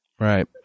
Right